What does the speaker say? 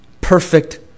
perfect